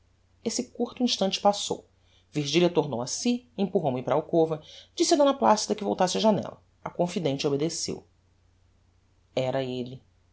esse curto instante passou virgilia tornou a si empurrou me para a alcova disse a d placida que voltasse á janella a confidente obedeceu era elle